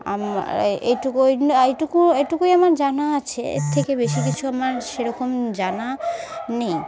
আমার এইটুকুই এইটুকু এইটুকুই আমার জানা আছে এর থেকে বেশি কিছু আমার সেরকম জানা নেই